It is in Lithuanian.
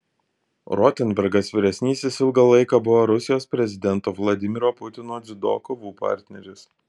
rotenbergas vyresnysis ilgą laiką buvo rusijos prezidento vladimiro putino dziudo kovų partneris